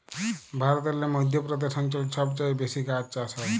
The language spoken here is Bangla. ভারতেল্লে মধ্য প্রদেশ অঞ্চলে ছব চাঁঁয়ে বেশি গাহাচ চাষ হ্যয়